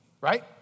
right